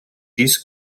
this